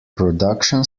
production